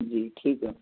جی ٹھیک ہے